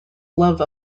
love